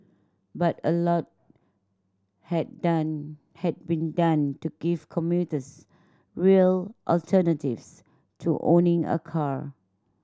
but a lot had done had been done to give commuters real alternatives to owning a car